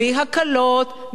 בלי הקלות,